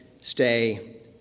stay